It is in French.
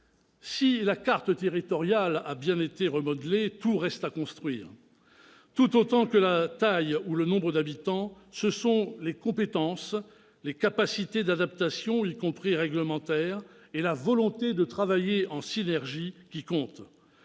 si la carte territoriale a bien été remodelée, tout reste à construire. Tout autant que la taille ou le nombre d'habitants, ce sont les compétences, les capacités d'adaptation, y compris réglementaires, et la volonté de travailler en synergie qui comptent.